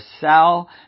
sell